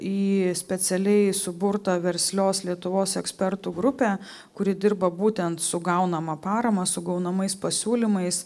į specialiai suburtą verslios lietuvos ekspertų grupę kuri dirba būtent su gaunama parama su gaunamais pasiūlymais